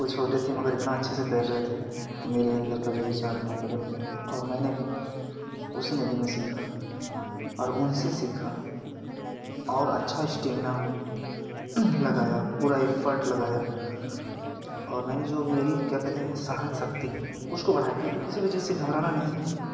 वह छोटे थे मगर इतना अच्छे से तैर रहे थे तो मेरे अन्दर का जो विचार था वह बदल गया और मैंने भी उसी नदी में सीखा और उन से ही सीखा और अच्छा स्टीमना लगाया पूरा एफ्फ़र्ट लगाया और मैंने जो मेरी क्या कहते हैं सहन शक्ति उसको बढ़ा कर फिर किसी भी चीज़ से घबराना नहीं है